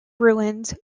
ruins